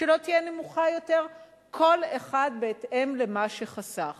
שלו תהיה נמוכה יותר, כל אחד בהתאם למה שחסך.